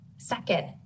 Second